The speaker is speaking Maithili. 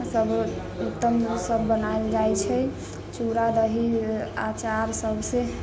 सब तम्बू सब बनाएल जाइ छै चूड़ा दही अचार सबसँ